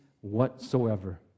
whatsoever